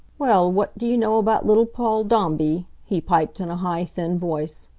well, what do you know about little paul dombey? he piped in a high, thin voice.